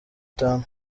itanu